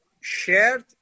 shared